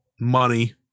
Money